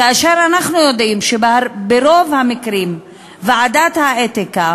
כאשר אנחנו יודעים שברוב המקרים ועדת האתיקה